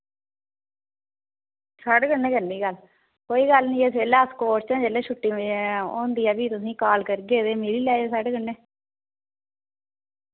साढ़े कन्नै करनी गल्ल कोई गल्ल नि इस बेल्लै अस कोर्ट च न जिल्लै छुट्टी होंदी ऐ तुसें फ्ही तुसें काल करगे ते मिली लैएओ साढ़े कन्नै